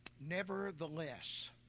Nevertheless